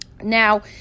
Now